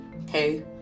Okay